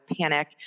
panic